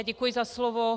Děkuji za slovo.